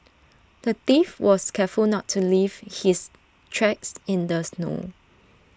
the thief was careful not to leave his tracks in the snow